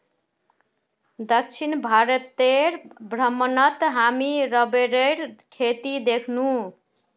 दक्षिण भारतेर भ्रमणत हामी रबरेर खेती दखनु